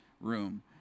room